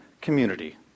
community